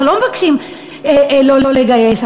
אנחנו לא מבקשים לא לגייס,